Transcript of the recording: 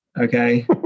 Okay